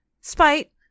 Spite